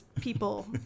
people